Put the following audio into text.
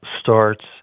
starts